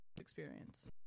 experience